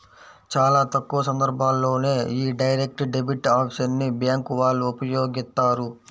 చాలా తక్కువ సందర్భాల్లోనే యీ డైరెక్ట్ డెబిట్ ఆప్షన్ ని బ్యేంకు వాళ్ళు ఉపయోగిత్తారు